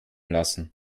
lassen